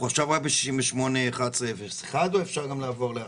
אנחנו רק ב-681101 או אפשר גם לעבור לאחרים?